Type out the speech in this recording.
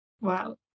Wow